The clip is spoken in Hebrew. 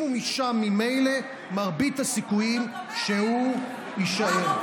אם הוא משם ממילא, מרבית הסיכויים שהוא יישאר.